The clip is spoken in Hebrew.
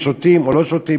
שותים או לא שותים,